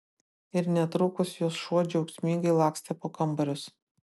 ir netrukus jos šuo džiaugsmingai lakstė po kambarius